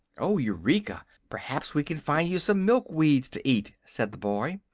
oh, eureka! perhaps we can find you some milk-weeds to eat, said the boy.